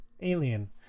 Alien